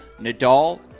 Nadal